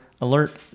alert